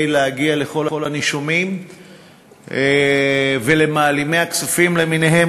להגיע לכל הנישומים ולמעלימי הכספים למיניהם,